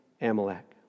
Amalek